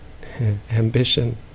Ambition